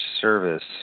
service